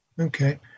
Okay